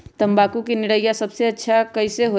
तम्बाकू के निरैया सबसे अच्छा कई से होई?